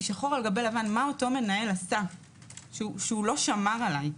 שחור על גבי לבן מה אותו מנהל עשה שהוא לא שמר עליי.